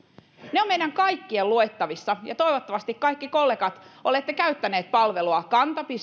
ne ovat meidän kaikkien luettavissa toivottavasti kaikki kollegat olette käyttäneet palvelua kanta